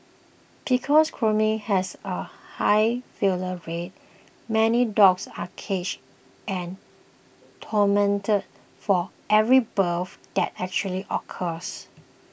because cloning has a high failure rate many dogs are caged and tormented for every birth that actually occurs